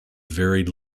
varied